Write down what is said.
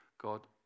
God